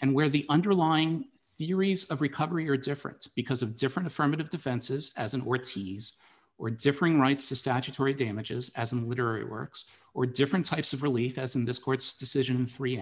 and where the underlying theories of recovery are difference because of different affirmative defenses as in or t s or differing rights to statue tory damages as a literary works or different types of relief as in this court's decision three